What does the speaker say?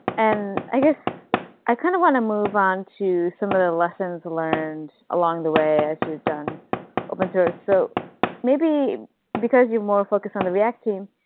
and i guess i kind of want to move on to some of the lessons learned along the way as you've done open-source. so maybe because you're more focused on the react team,